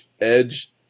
Edge